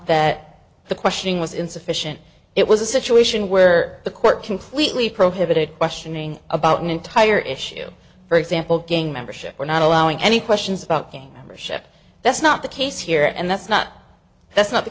that the questioning was insufficient it was a situation where the court completely prohibited questioning about an entire issue for example gang membership were not allowing any questions about king or ship that's not the case here and that's not that's not the